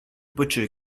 butcher